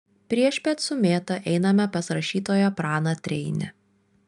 priešpiet su mėta einame pas rašytoją praną treinį